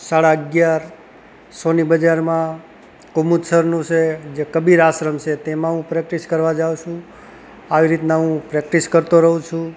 સાડા અગિયાર સોની બજારમાં કુમુત્સરનું સે જે કબીર આશ્રમ છે તેમાં હું પ્રેક્ટિસ કરવા જાઉ છું આવી રીતના હું પ્રેક્ટિસ કરતો રહું છું